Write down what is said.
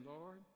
Lord